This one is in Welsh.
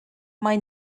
mae